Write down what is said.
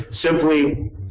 simply